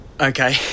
Okay